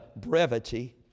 brevity